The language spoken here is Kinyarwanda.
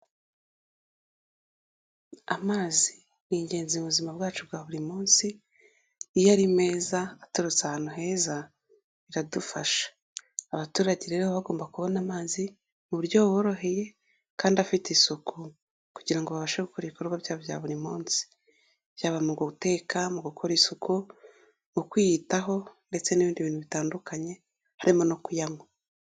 Amazi ni ingenzi mu buzima bwacu bwa buri munsi, iyo ari meza aturutse ahantu heza biradufasha, abaturage rero baba bagomba kubona amazi mu buryo buburoheye kandi afite isuku kugira ngo babashe gukora ibikorwa byabo bya buri munsi, byaba mu guteka, mu gukora isuku, mu kwiyitaho ndetse n'ibindi bintu bitandukanye harimo no kuyanywa.